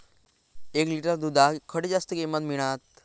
एक लिटर दूधाक खडे जास्त किंमत मिळात?